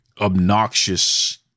obnoxious